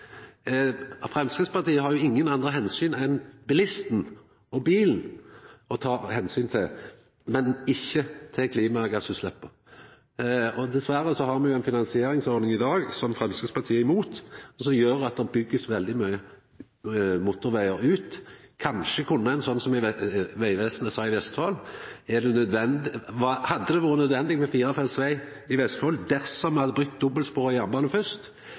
Framstegspartiet har jo ingen andre enn bilisten og bilen å ta omsyn til, og ikkje til klimagassutslepp. Dessverre har me jo ei finansieringsordning i dag som Framstegspartiet er imot, og som gjer at det blir bygd veldig mange motorvegar. Kanskje kunne ein vurdera – som eg veit Vegvesenet gjorde i Vestfold: Hadde det vore nødvendig med firefelts veg i Vestfold dersom me hadde bygd dobbeltspora jernbane fyrst?